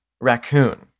raccoon